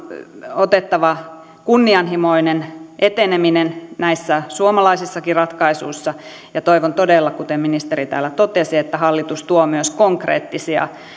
otettava kunnianhimoinen eteneminen näissä suomalaisissakin ratkaisuissa ja toivon todella kuten ministeri täällä totesi että hallitus tuo myös konkreettisia